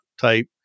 type